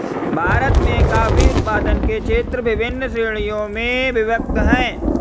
भारत में कॉफी उत्पादन के क्षेत्र विभिन्न श्रेणियों में विभक्त हैं